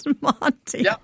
Monty